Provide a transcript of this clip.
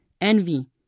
Envy